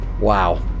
Wow